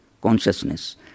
consciousness